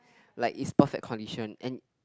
like is perfect condition and